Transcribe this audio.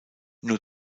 nur